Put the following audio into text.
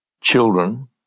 children